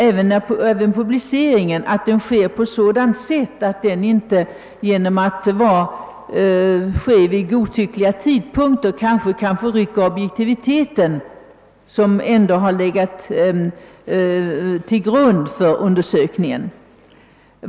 Det gäller även publiceringen av resultatet så att denna inte genom att äga rum vid godtyckliga tidpunkter kan förrycka den strävan till objektivitet som i alla fall legat till grund för undersökningen.